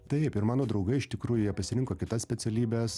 taip ir mano draugai iš tikrųjų jie pasirinko kitas specialybes